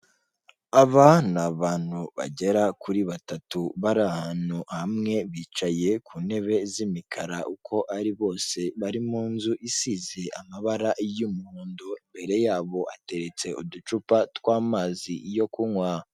Aba ni abantu bagera kuri batatu bari ahantu hamwe bicaye ku ntebe z'imikara uko ari bose bari mu nzu isize amabara y'umuhondo imbere yabo hateretse uducupa tw'amazi yo kunywa.